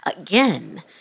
Again